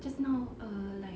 just now err like